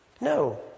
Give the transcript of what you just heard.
No